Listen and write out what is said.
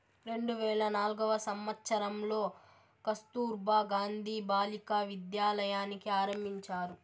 రెండు వేల నాల్గవ సంవచ్చరంలో కస్తుర్బా గాంధీ బాలికా విద్యాలయని ఆరంభించారు